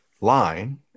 line